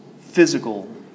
physical